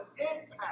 impact